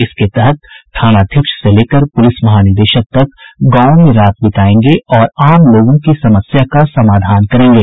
इसके तहत थानाध्यक्ष से लेकर पुलिस महानिदेशक तक गांवों में रात बितायेंगे और आम लोगों की समस्या का समाधान करेंगे